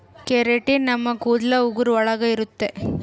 keratin ನಮ್ ಕೂದಲು ಉಗುರು ಒಳಗ ಇರುತ್ತೆ